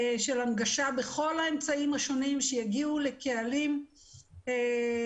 של הנגשה בכל האמצעים השונים שיגיעו לקהלים מגוונים.